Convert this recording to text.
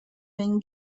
been